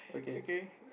okay